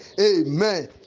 Amen